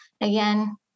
again